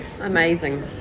amazing